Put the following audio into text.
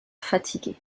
fatigué